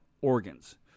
organs